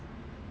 你 lock 上